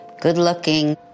good-looking